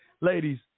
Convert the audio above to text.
Ladies